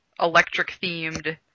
electric-themed